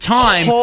time